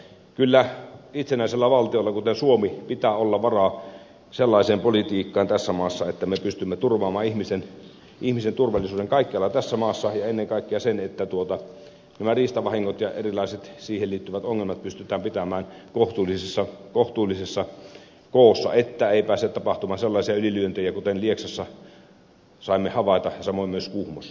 kyllä itsenäisellä valtiolla kuten suomella pitää olla varaa sellaiseen politiikkaan että me pystymme turvaamaan ihmisten turvallisuuden kaikkialla tässä maassa ja ennen kaikkea sen että nämä riistavahingot ja erilaiset siihen liittyvät ongelmat pystytään pitämään kohtuullisessa koossa että ei pääse tapahtumaan sellaisia ylilyöntejä kuten lieksassa saimme havaita samoin myös kuhmossa